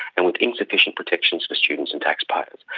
and with insufficient protections for students and taxpayers,